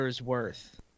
worth